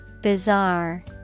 Bizarre